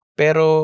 pero